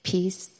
Peace